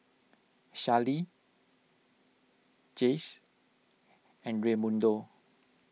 Charley Jace and Raymundo